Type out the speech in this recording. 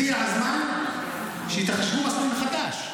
הגיע הזמן שתחשבו מסלול מחדש.